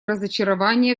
разочарование